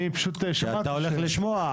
שאתה הולך לשמוע.